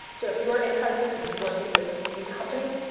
so if you're interested in in working with an indie company,